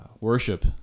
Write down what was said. worship